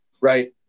right